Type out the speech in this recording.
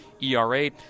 era